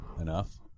enough